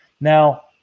now